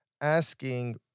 Asking